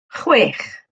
chwech